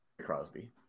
Crosby